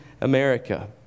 America